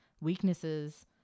weaknesses